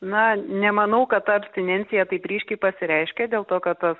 na nemanau kad ta abstinencija taip ryškiai pasireiškė dėl to kad tas